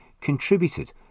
contributed